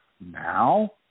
Now